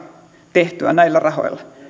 tehtyä näillä rahoilla